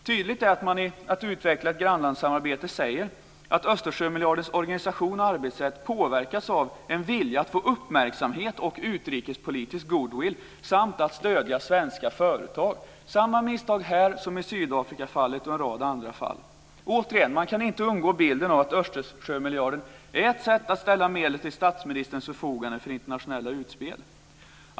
Tydligt är att man i Att utveckla ett grannlandssamarbete säger att Östersjömiljardens organisation och arbetssätt påverkas av en vilja att få uppmärksamhet och utrikespolitisk goodwill samt att stödja svenska företag. Det är samma misstag här som i Sydafrikafallet och i en rad andra fall. Återigen kan man inte undgå bilden av att Östersjömiljarden är ett sätt att ställa medel till statsministerns förfogande för internationella utspel.